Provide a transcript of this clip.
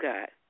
God